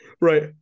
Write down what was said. Right